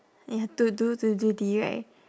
you have to do to two D right